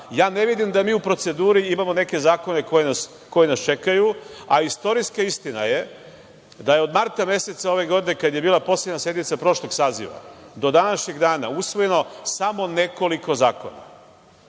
Ja ne vidim da mi u proceduri imamo neke zakone koji nas čekaju, a istorijska istina je da je od marta meseca ove godine kada je bila poslednja sednica prošlog saziva do današnjeg dana usvojeno samo nekoliko zakona.